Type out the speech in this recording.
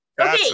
Okay